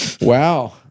wow